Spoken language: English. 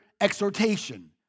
exhortation